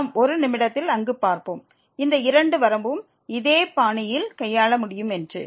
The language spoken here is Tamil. நாம் ஒரு நிமிடத்தில் அங்கு பார்ப்போம் இந்த இரண்டு வரம்பையும் இதே பாணியில் கையாள முடியும் என்று